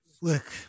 look